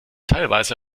teilweise